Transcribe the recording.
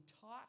taught